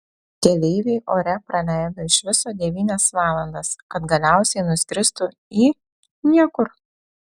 keleiviai ore praleido iš viso devynias valandas kad galiausiai nuskristų į niekur